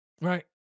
right